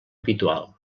habitual